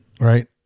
Right